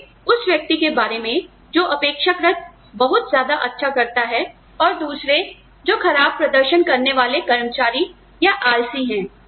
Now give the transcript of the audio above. सोचिए उस व्यक्ति के बारे में जो अपेक्षाकृत बहुत ज्यादा अच्छा करता है और दूसरे जो खराब प्रदर्शन वाले कर्मचारी या आलसी हैं